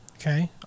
Okay